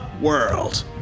world